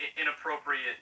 Inappropriate